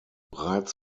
bereits